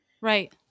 Right